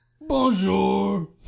Bonjour